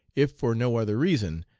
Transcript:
if for no other reason,